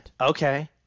Okay